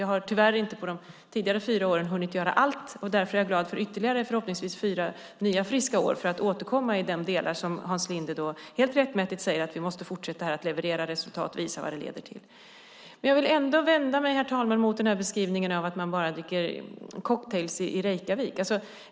Jag har tyvärr inte under de gångna fyra åren hunnit göra allt, och därför är jag glad för ytterligare fyra förhoppningsvis friska år för att kunna återkomma i de delar där Hans Linde, helt rättmätigt, säger att vi måste fortsätta att leverera resultat och visa vad de leder till. Jag vill dock, herr talman, vända mig mot beskrivningen att man bara dricker cocktail i Reykjavik.